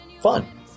fun